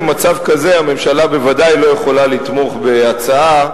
במצב כזה הממשלה בוודאי לא יכולה לתמוך בהצעה,